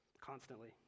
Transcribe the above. constantly